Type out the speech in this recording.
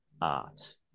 Art